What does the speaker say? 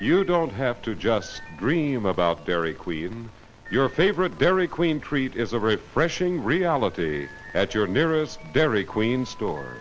you don't have to just dream about dairy queen your favorite dairy queen treat is a very fresh in reality at your nearest dairy queen store